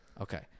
Okay